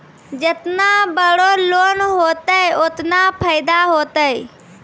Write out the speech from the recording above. जेतना बड़ो लोन होतए ओतना फैदा होतए